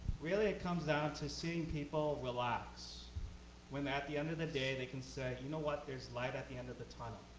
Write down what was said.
really, it comes down to seeing people relax when at the end of the day, they can say, you know what? there's light at the end of the tunnel.